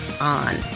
on